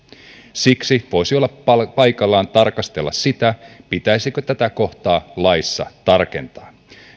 siksi voisi olla paikallaan tarkastella sitä pitäisikö tätä kohtaa laissa tarkentaa